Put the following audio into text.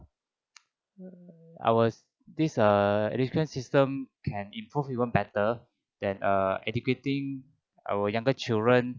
I was this err education system can improve even better than err educating our younger children